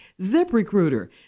ZipRecruiter